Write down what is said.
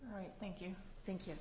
right thank you thank you